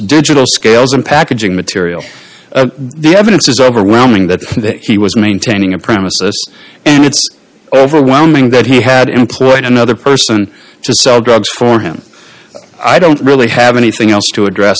digital scales and packaging material the evidence is overwhelming that he was maintaining a premises and it's overwhelming that he had employed another person to sell drugs for him i don't really have anything else to address